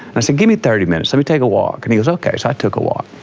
i said, give me thirty minutes let me take a walk. and he goes, okay. so, i took a walk.